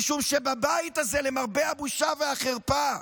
משום שבבית הזה, למרבה הבושה והחרפה,